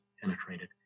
penetrated